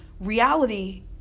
reality